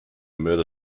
mörder